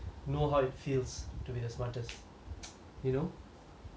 know how it feels to be the smartest you know